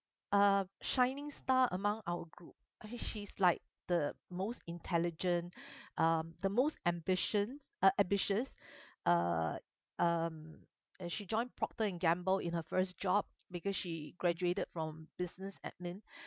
uh shining star among our group she's like the most intelligent um the most ambition uh ambitious uh um as she joined procter and gamble in her first job because she graduated from business admin